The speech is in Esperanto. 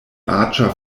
aĝa